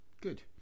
Good